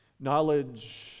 Knowledge